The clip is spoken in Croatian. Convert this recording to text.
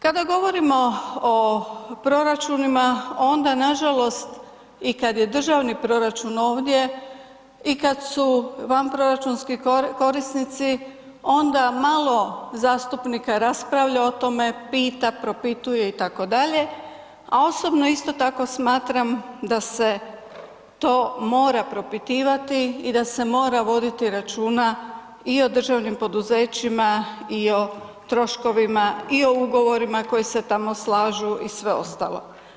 Kada govorimo o proračunima onda nažalost i kad je državni proračun ovdje i kad su vanproračunski korisnici onda malo zastupnika raspravlja o tome, pita, propituje itd., a osobno isto tako smatram da se to mora propitivati i da se mora voditi računa i o državnim poduzećima i o troškovima i o ugovorima koji se tamo slažu i sve ostalo.